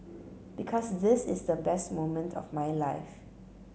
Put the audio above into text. because this is the best moment of my life